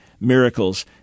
Miracles